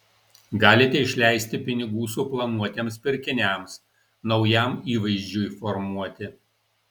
galite išleisti pinigų suplanuotiems pirkiniams naujam įvaizdžiui formuoti